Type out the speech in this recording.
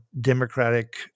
democratic